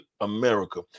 America